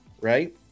right